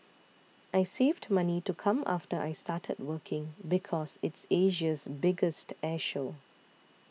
I saved money to come after I started working because it's Asia's biggest air show